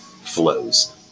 flows